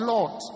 Lord